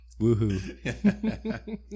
Woohoo